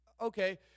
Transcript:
Okay